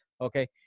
okay